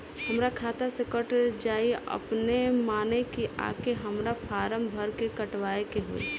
हमरा खाता से कट जायी अपने माने की आके हमरा फारम भर के कटवाए के होई?